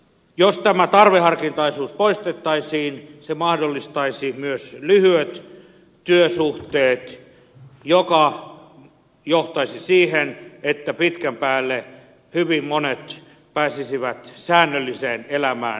jos tämä tarveharkintaisuus poistettaisiin se mahdollistaisi myös lyhyet työsuhteet mikä johtaisi siihen että pitkän päälle hyvin monet pääsisivät säännölliseen elämään kiinni työhön